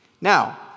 Now